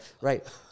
Right